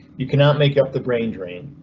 you cannot make up the brain drain.